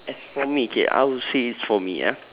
as for me okay I would say it's for me ah